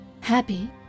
happy